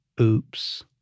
oops